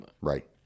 Right